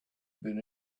been